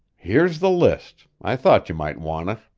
here's the list. i thought you might want it.